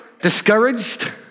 Discouraged